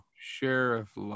sheriff